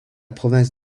province